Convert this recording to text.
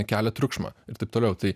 kelia triukšmą ir taip toliau tai